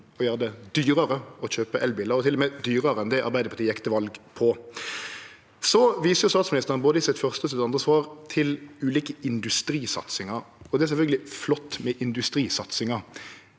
og gjere det dyrare å kjøpe elbilar, til og med dyrare enn det Arbeidarpartiet gjekk til val på. Statsministeren viser både i sitt første og sitt andre svar til ulike industrisatsingar. Det er sjølvsagt flott med industrisatsingar,